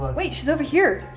wait she's over here.